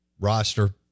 roster